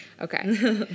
okay